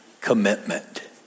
commitment